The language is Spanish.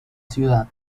ciudad